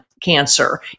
cancer